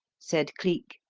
said cleek,